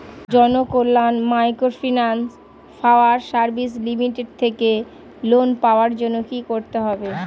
Janakalyan microfinance fire service limited থেকে loan পাওয়ার জন্য কি করতে হবে?